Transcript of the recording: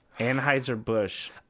Anheuser-Busch